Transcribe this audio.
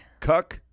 Cuck